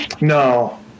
No